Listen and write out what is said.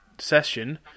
session